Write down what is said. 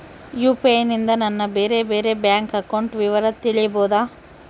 UPI ನಿಂದ ನನ್ನ ಬೇರೆ ಬೇರೆ ಬ್ಯಾಂಕ್ ಅಕೌಂಟ್ ವಿವರ ತಿಳೇಬೋದ?